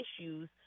issues